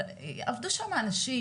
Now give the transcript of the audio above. אבל עבדו שם אנשים,